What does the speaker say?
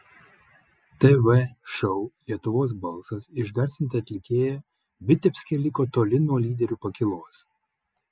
tv šou lietuvos balsas išgarsinta atlikėja vitebske liko toli nuo lyderių pakylos